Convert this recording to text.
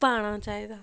पाना चाहिदा